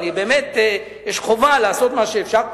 באמת, יש חובה לעשות מה שאפשר.